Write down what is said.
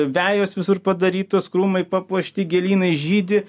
vejos visur padarytos krūmai papuošti gėlynai žydi